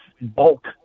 bulk